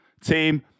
Team